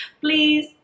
Please